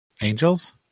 Angels